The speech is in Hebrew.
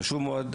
חשוב מאוד.